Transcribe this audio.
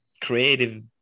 creative